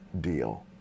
deal